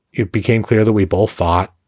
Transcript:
it became clear that we both thought,